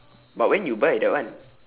but when you buy that one